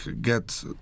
get